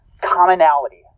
commonality